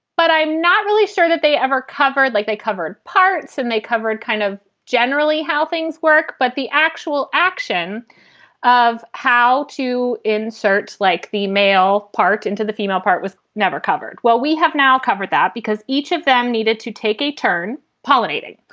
but i'm not really sure that they ever covered like they covered parts and they covered kind of generally how things work but the actual action of how to insert, like, the male part into the female part was never covered. well, we have now covered that because each of them needed to take a turn pollinating.